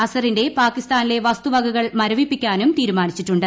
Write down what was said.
അസറിന്റെ പാക്കീസ്സ്മാനിലെ വസ്തുവകകൾ മരവിപ്പിക്കാനും തീരുമാനിച്ചിട്ടുണ്ട്